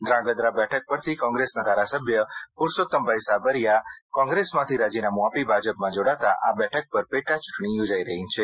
ધાગ્રાંધા બેઠક પરથી કોંગ્રેસના ધારાસભ્ય પુરુષોતમભાઇ સાબરીયા કોંગ્રેસમાંથી રાજીનામુ આપી ભાજપમાં જોડાતા આ બેઠક પર પેટા ચૂંટણી યોજાઇ રહી છે